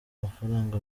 amafaranga